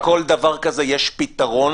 לכל דבר כזה יש פתרון,